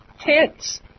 tents